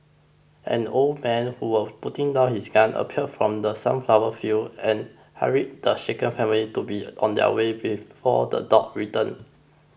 an old man who was putting down his gun appeared from the sunflower fields and hurried the shaken family to be on their way before the dogs return